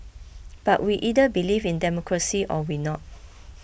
but we either believe in democracy or we not